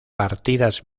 partidas